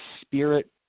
spirit